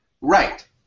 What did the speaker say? right